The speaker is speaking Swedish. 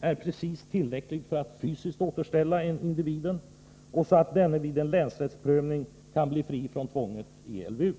är precis tillräcklig för att fysiskt återställa individen — och så att denne vid en länsrättsprövning kan bli fri från tvånget i LVU.